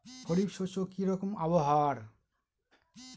খরিফ শস্যে কি রকম আবহাওয়ার?